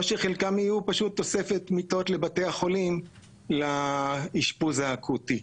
או שחלקן יהיו פשוט תוספת מיטות לבתי החולים לאשפוז האקוטי?